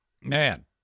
Man